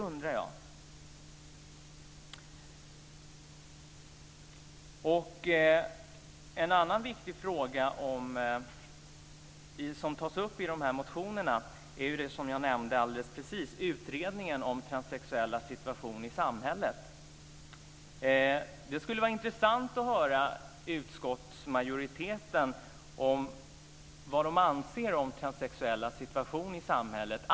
En annan viktig fråga som tas upp i motionerna gäller utredningen om transsexuellas situation i samhället. Det skulle vara intressant att höra vad utskottsmajoriteten anser om transsexuellas situation i samhället.